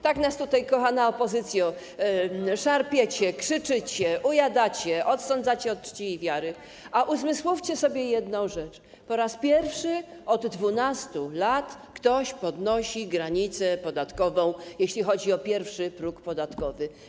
Tak nas tutaj, kochana opozycjo, szarpiecie, krzyczycie, ujadacie, odsądzacie od czci i wiary, a uzmysłówcie sobie jedną rzecz: po raz pierwszy od 12 lat ktoś podnosi granicę podatkową, jeśli chodzi o pierwszy próg podatkowy.